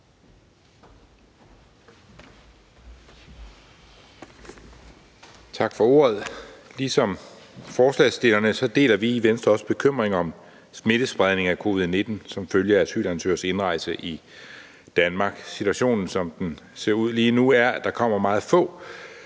Tak for ordet. Ligesom forslagsstillerne deler vi i Venstre også bekymringen om smittespredning af covid-19 som følge af asylansøgeres indrejse i Danmark. Situationen, som den ser ud lige nu, er, at der kommer meget få